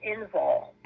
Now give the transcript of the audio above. involved